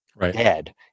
dead